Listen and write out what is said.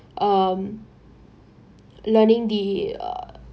um learning the uh